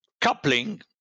Coupling